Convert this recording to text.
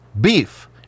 Beef